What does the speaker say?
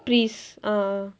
priest ah ah